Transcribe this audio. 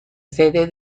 sede